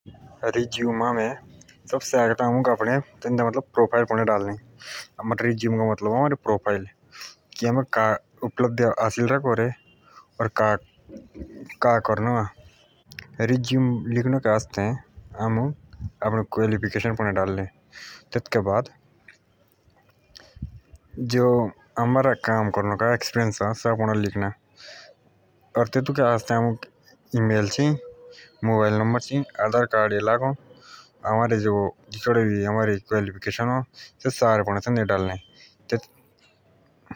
रिज्यूमसबसे आगे अमुक आपने प्रोफ़ाइल पढ़ो डालने रिज्यूम का मतलब प्रोफाइल का उपलब्दे हासिल रा करे का करनो अ रिज्यूम लिखणो के आसते आमुख अपने क्वालिफिकेशन पढ़ो डालने टैटूके बाद अओमुक काम करने का एक्सपीरियंस पड़ा डालना तेतूके आसते आमोख अपना मोबाइल नंबर पड़ा डालना इमेल आधार नंबर पड़ा डालना और सारे क्वालिफिकेशन पढ़ो डालने।